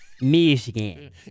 Michigan